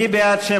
בעד,